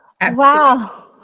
Wow